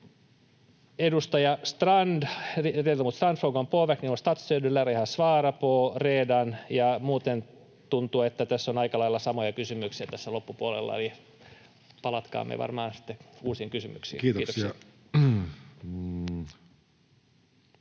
ha svarat på. Ja muuten tuntuu, että kun tässä on aika lailla samoja kysymyksiä tässä loppupuolella, niin palatkaamme sitten uusiin kysymyksiin. — Kiitos.